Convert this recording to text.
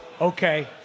Okay